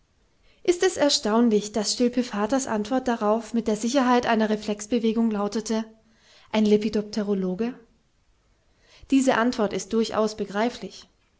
ist es erstaunlich daß stilpe vaters antwort darauf mit der sicherheit einer reflexbewegung lautete ein lepidopterologe diese antwort ist durchaus begreiflich